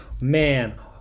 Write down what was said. man